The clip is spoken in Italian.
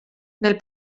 nel